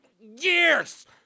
years